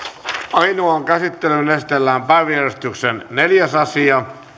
ainoaan käsittelyyn esitellään päiväjärjestyksen neljäs asia